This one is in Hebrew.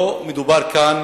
לא מדובר כאן